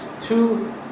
two